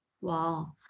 Wow